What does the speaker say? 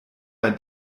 bei